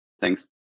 Thanks